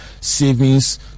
savings